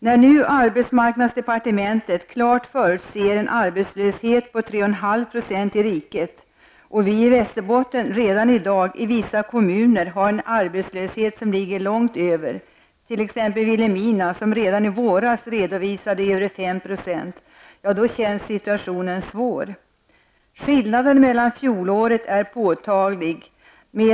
När arbetsmarknadsdepartementet nu klart förutser en arbetslöshet på 3,5 % i riket, och när vi i Västerbotten redan i dag i vissa kommuner har en arbetslöshet som ligger långt däröver, t.ex. redovisade Vilhelmina redan i våras över 5 % arbetslöshet, då känns situationen svår. Skillnaden från fjolåret är påtaglig.